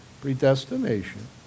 predestination